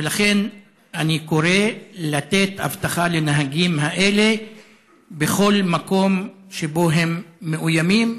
ולכן אני קורא לתת אבטחה לנהגים האלה בכל מקום שבו הם מאוימים,